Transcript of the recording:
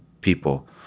people